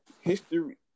history